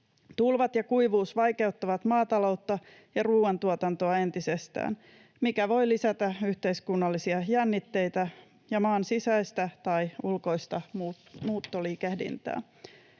Tulvat ja kuivuus vaikeuttavat maataloutta ja ruoantuotantoa entisestään, mikä voi lisätä yhteiskunnallisia jännitteitä ja maan sisäistä tai ulkoista muuttoliikehdintää.